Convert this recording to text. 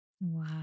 Wow